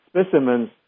specimens